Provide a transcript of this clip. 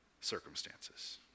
circumstances